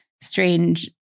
strange